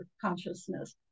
consciousness